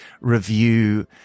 review